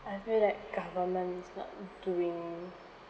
I feel that government is not doing